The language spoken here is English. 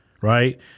right